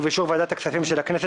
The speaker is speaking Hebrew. ובאישור ועדת הכספים של הכנסת,